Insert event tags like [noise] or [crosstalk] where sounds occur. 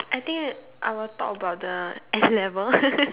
I think I will talk about the N-level [laughs]